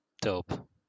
Dope